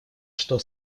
что